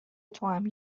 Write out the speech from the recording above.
توام